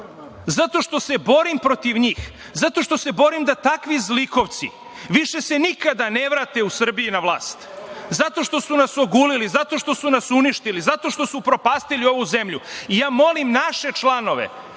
zato što se borim protiv njih, zato što se borim da takvi zlikovci više se nikada ne vrate u Srbiji na vlast, zato što su nas ogulili, zato što su nas uništili, zato što su upropastili ovu zemlju. Ja molim naše članove,